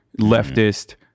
leftist